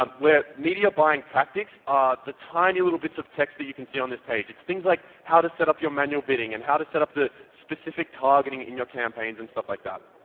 um where media buying tactics are the tiny little bits of text that you can see on this page. it's things like, how to set up your manual bidding, and how to set up the specific targeting in your campaigns and stuff like that.